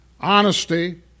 honesty